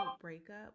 breakup